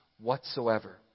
whatsoever